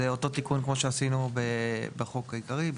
זה אותו תיקון כמו שעשינו בחוק העיקרי,